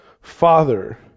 Father